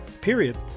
period